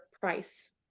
price